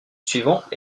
suivant